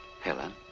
Helen